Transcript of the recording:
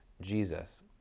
Jesus